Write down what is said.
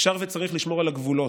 אפשר וצריך לשמור על הגבולות,